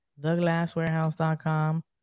Theglasswarehouse.com